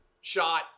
shot